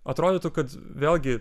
atrodytų kad vėlgi